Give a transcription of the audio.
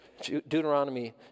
Deuteronomy